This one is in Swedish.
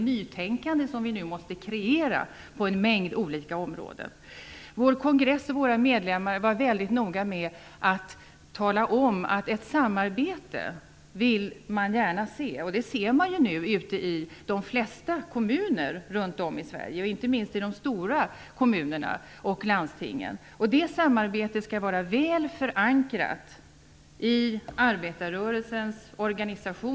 Nu måste vi kreera ett nytänkande på en mängd olika områden. Vår kongress och våra medlemmar var väldigt noga med att tala om att man gärna vill se ett samarbete. Det ser man ju nu ute i de flesta kommuner runt om i Sverige, inte minst i de stora kommunerna och landstingen. Det samarbetet skall vara väl förankrat i arbetarrörelsens organisationer.